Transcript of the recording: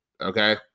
okay